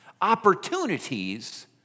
opportunities